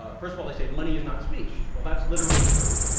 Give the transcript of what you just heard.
ah first of all, they say, money is not speech. well, that's literally true.